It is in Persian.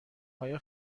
آیا